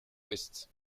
ouest